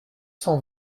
cent